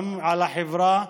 גם לחברה.